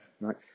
right